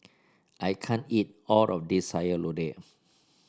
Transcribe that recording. I can't eat all of this Sayur Lodeh